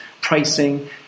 pricing